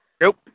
Nope